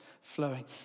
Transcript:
flowing